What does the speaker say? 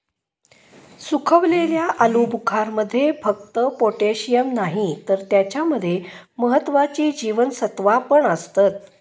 सुखवलेल्या आलुबुखारमध्ये फक्त पोटॅशिअम नाही तर त्याच्या मध्ये महत्त्वाची जीवनसत्त्वा पण असतत